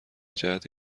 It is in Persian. جهت